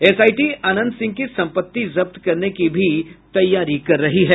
SIT Anant Singh की सम्पत्ति जब्त करने की भी तैयारी कर रही है